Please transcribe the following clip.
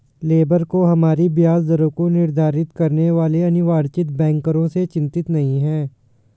labour को हमारी ब्याज दरों को निर्धारित करने वाले अनिर्वाचित बैंकरों से चिंतित नहीं है